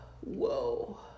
whoa